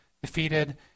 defeated